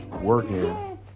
working